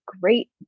great